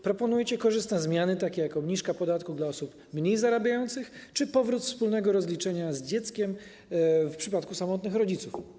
Proponujecie korzystne zmiany, np. obniżkę podatków dla osób mniej zarabiających czy powrót wspólnego rozliczenia z dzieckiem w przypadku samotnych rodziców.